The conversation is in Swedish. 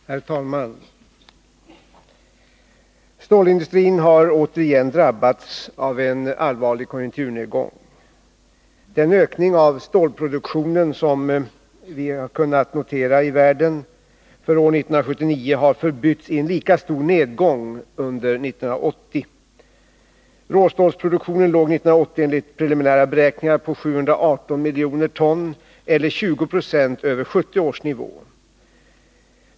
Herr talman! Stålindustrin har återigen drabbats av en allvarlig konjunkturnedgång. Den ökning av stålproduktionen i världen som kunde noteras för år 1979 har förbytts i en lika stor nedgång under 1980. Råstålsproduktionen låg 1980 enligt preliminära beräkningar på 718 miljoner ton eller 20 9o över 1970 års nivå.